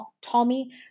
Tommy